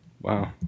Wow